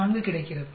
14 கிடைக்கிறது